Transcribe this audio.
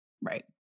Right